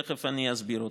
תכף אני אסביר אותה,